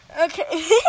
Okay